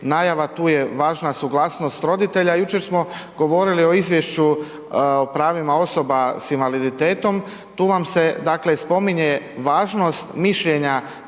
najava, tu je važna suglasnost roditelja. Jučer smo govorili o izvješću o pravima osoba s invaliditetom, tu vam se, dakle, spominje važnost mišljenja